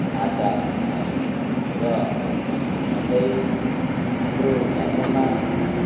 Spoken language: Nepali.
आशा छाउनेछ र भन्दै हाम्रो धर्ममा